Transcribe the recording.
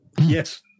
Yes